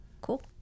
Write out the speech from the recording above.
Cool